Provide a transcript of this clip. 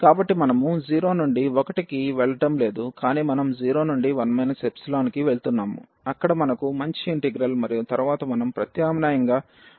కాబట్టి మనము 0 నుండి 1 కి వెళ్ళడం లేదు కాని మనం 0 నుండి 1 ϵ కి వెళ్తున్నాము అక్కడ మనకు మంచి ఇంటిగ్రల్ మరియు తరువాత మనం ప్రత్యామ్నాయంగా ఆ లిమిట్ ని అక్కడ తీసుకుంటాము